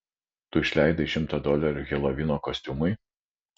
tu išleidai šimtą dolerių helovino kostiumui